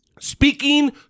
speaking